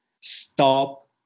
Stop